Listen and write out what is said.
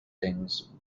things